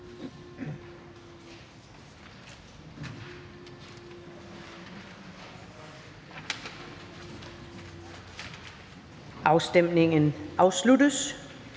Afstemningen slutter.